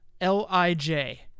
L-I-J